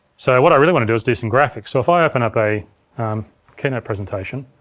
so, what i really want to do is do some graphics. so if i open up a keynote presentation,